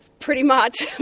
pretty much.